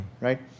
right